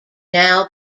now